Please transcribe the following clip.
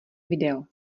video